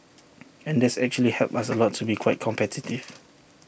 and that's actually helped us to be quite competitive